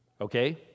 Okay